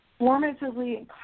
formatively